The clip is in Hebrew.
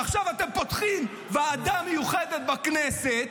עכשיו אתם פותחים ועדה מיוחדת בכנסת,